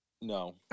No